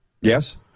Yes